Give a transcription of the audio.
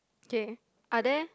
okay are there